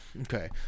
Okay